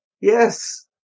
Yes